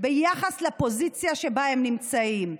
ביחס לפוזיציה שבה הם נמצאים.